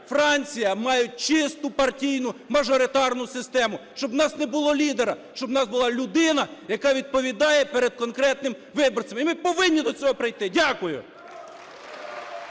Франція - мають чисту партійну мажоритарну систему, щоб у нас не було лідера, щоб у нас була людина, яка відповідає перед конкретним виборцем. І ми повинні до цього прийти. Дякую.